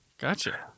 gotcha